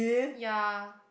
ya